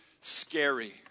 scary